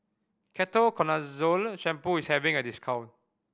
Ketoconazole Shampoo is having a discount